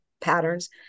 patterns